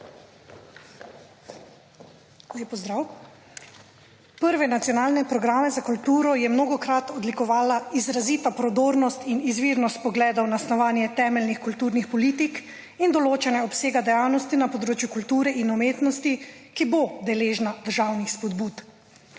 pozdrav! Prve nacionalne programe za kulturo je mnogokrat odlikovala izrazita prodornost in izvirnost pogledov na snovanje temeljnih kulturnih politik in določanje obsega dejavnosti na področju kulture in umetnosti, ki bo deležna državnih spodbud.